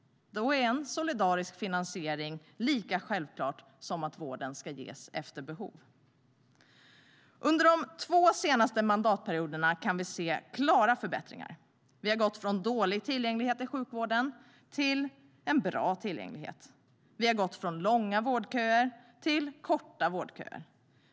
Då är en solidarisk finansiering lika självklar som att vården ska ges efter behov. Under de två senaste mandatperioderna har vi sett klara förbättringar. Vi har gått från dålig tillgänglighet i sjukvården till bra tillgänglighet. Vi har gått från långa vårdköer till korta vårdköer.